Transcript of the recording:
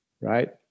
right